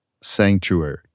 sanctuary